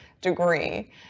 Degree